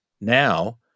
Now